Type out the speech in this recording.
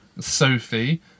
Sophie